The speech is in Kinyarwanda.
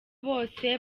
bose